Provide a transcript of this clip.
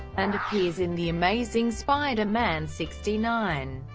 and appears in the amazing spider-man sixty nine.